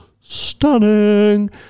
stunning